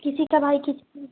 किसी का भाई की